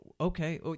okay